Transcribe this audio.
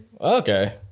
Okay